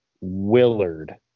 Willard